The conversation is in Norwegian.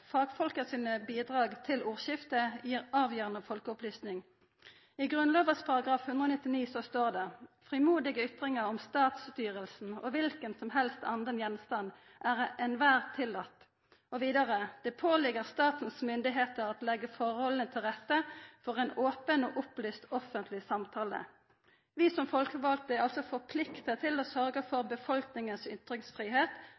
Fagfolka sine bidrag til ordskiftet gir avgjerande folkeopplysning. I Grunnlova § 100 står det: «Frimodige Ytringer om Statsstyrelsen og hvilkensomhelst anden Gjenstand ere Enhver tilladte.» Og vidare: «Det paaligger Statens Myndigheder at lægge Forholdene til Rette for en aaben og oplyst offentlig Samtale.» Vi som folkevalde er altså forplikta til å